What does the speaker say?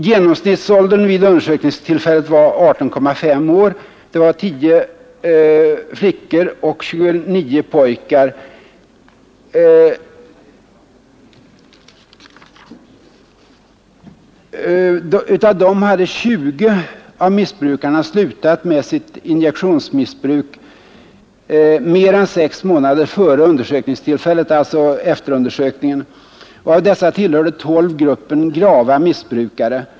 Genomsnittsåldern vid undersökningstillfället var 18,5 år för de 10 flickor och 29 pojkar som det gällde. Av dessa missbrukare hade 20 upphört med sitt injektionsmissbruk mer än sex månader före efterundersökningen. Av dessa tillhörde 12 gruppen grava missbrukare.